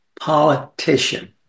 politician